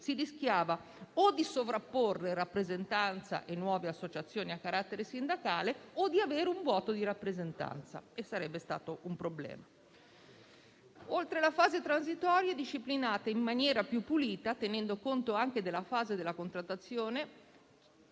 si rischiava di sovrapporre rappresentanza e nuove associazioni a carattere sindacale o di avere un vuoto di rappresentanza, e sarebbe stato un problema. Inoltre, la fase transitoria è disciplinata in maniera più pulita, tenendo conto anche della fase contrattuale,